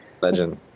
legend